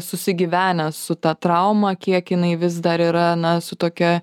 susigyvenę su ta trauma kiek inai vis dar yra na su tokia